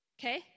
Okay